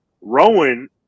Rowan